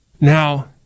Now